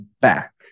back